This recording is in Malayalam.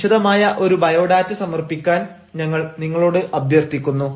വിശദമായ ഒരു ബയോഡാറ്റ സമർപ്പിക്കാൻ ഞങ്ങൾ നിങ്ങളോട് അഭ്യർത്ഥിക്കുന്നു